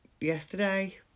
yesterday